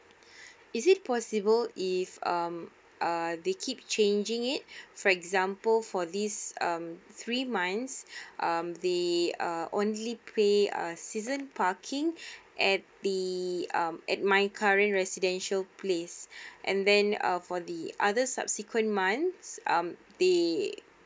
is it possible if um err they keep changing it for example for this um three months uh they uh only pay uh season parking at the um at my current residential place and then uh for the other subsequent months um they